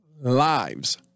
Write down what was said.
lives